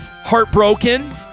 heartbroken